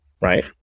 Right